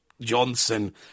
Johnson